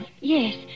Yes